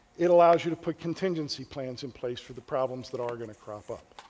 it allows you to put contingency plans in place for the problems that are going to crop up.